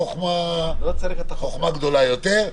אבל איך אומרים: סייג לחוכמה, חוכמה גדולה יותר.